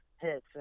hits